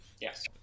yes